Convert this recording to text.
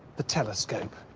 the telescope.